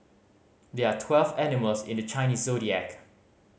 there are twelve animals in the Chinese Zodiac